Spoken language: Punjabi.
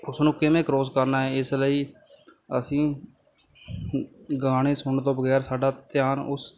ਉਸ ਨੂੰ ਕਿਵੇਂ ਕ੍ਰੋਸ ਕਰਨਾ ਹੈ ਇਸ ਲਈ ਅਸੀਂ ਗਾਣੇ ਸੁਣਨ ਤੋਂ ਬਗੈਰ ਸਾਡਾ ਧਿਆਨ ਉਸ